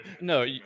No